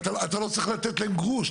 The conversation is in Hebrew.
ואתה לא צריך לתת להם גרוש,